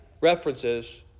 references